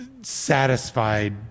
satisfied